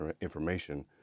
information